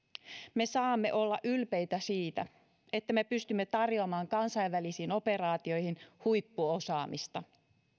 me saamme olla ylpeitä siitä että me pystymme tarjoamaan kansainvälisiin operaatioihin huippuosaamista